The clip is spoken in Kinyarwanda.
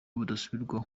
budasubirwaho